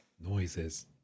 Noises